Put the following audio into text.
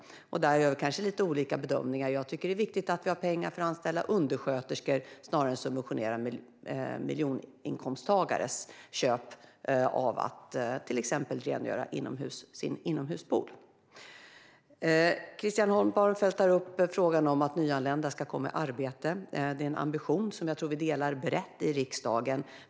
Här gör vi lite olika bedömning. Jag tycker att det är viktigare att ha pengar till att anställa undersköterskor än att subventionera miljoninkomsttagares köp av att till exempel rengöra sin inomhuspool. Christian Holm Barenfeld tar upp frågan om att nyanlända ska komma i arbete. Det är en ambition som jag tror att riksdag och regering delar brett.